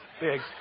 Big